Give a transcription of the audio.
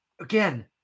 again